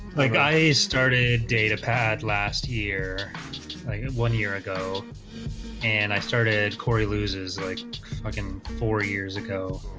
like i started day to pad last year like and one year ago and i started cory loses like fucking four years ago,